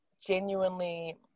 genuinely